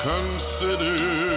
Consider